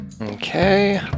Okay